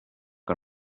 que